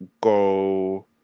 go